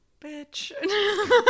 Bitch